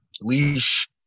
leash